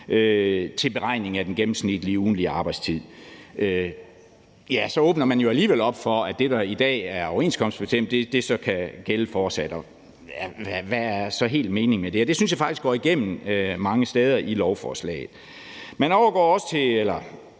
til beregning af den gennemsnitlige ugentlige arbejdstid. Så åbner man jo alligevel op for, at det, der i dag er overenskomstbestemt, så kan gælde fortsat, og hvad er så helt meningen med det? Det synes jeg faktisk går igen mange steder i lovforslaget. Man gennemfører også en